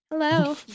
Hello